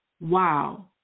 Wow